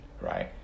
right